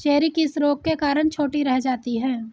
Cherry किस रोग के कारण छोटी रह जाती है?